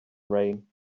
rain